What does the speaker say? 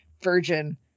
Virgin